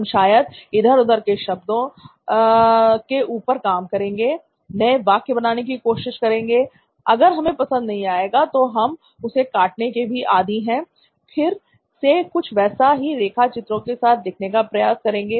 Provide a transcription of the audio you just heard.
हम शायद इधर उधर से शब्दों के ऊपर काम करेंगे नए वाक्य बनाने की कोशिश करेंगे अगर हमें पसंद नहीं आएगा तो हम उसे काटने के भी आदी है फिर से कुछ वैसा ही रेखा चित्रों के साथ लिखने का प्रयास करेंगे